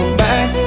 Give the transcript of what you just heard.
back